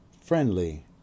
friendly